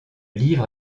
livre